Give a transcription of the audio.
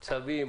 צווים,